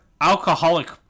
alcoholic